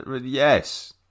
yes